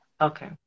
Okay